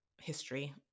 history